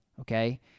Okay